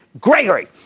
Gregory